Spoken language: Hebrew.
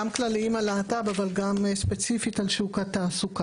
גם כלליים על להט"ב אבל גם ספציפית על שוק התעסוקה.